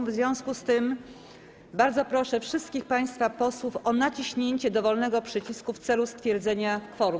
W związku z tym bardzo proszę wszystkich państwa posłów o naciśnięcie dowolnego przycisku w celu stwierdzenia kworum.